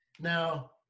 now